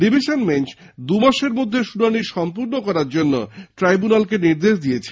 division বেঞ্চে দুমাসের মধ্যে শুনানী সম্পূর্ণ করার জন্য ট্রাইব্যনালকে নির্দেশ দিয়েছে